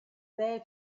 there